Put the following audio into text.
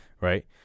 right